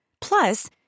Plus